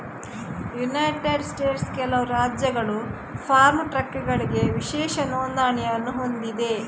United ಸ್ಟೇಟ್ಸ್ನ ಕೆಲವು ರಾಜ್ಯಗಳು ಫಾರ್ಮ್ ಟ್ರಕ್ಗಳಿಗೆ ವಿಶೇಷ ನೋಂದಣಿಯನ್ನು ಹೊಂದಿವೆ